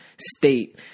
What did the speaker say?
state